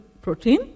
protein